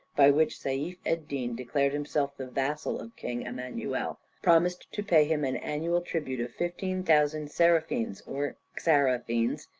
by which seif-ed-din declared himself the vassal of king emmanuel, promised to pay him an annual tribute of fifteen thousand seraphins or xarafins,